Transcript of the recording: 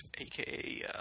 aka